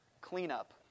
Cleanup